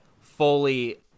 fully